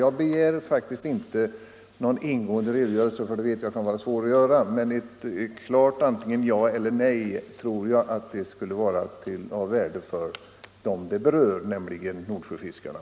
Jag begär inte någon ingående redogörelse, eftersom jag förstår att det kan vara svårt att lämna en sådan, men ett klart ja eller nej tror jag skulle vara av värde för dem det berör, nämligen Nordsjöfiskarna.